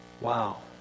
Wow